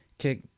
kick